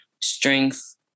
strength